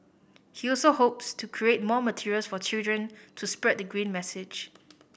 he also hopes to create more materials for children to spread the green message